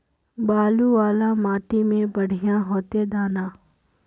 बालू वाला माटी में बढ़िया होते दाना?